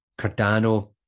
Cardano